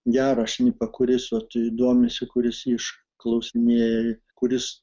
gerą šnipą kuris vat domisi kuris išklausinėja kuris